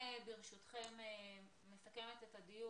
ברשותכם, אני מסכמת את הדיון.